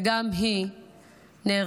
גם היא נהרגה